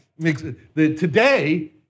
today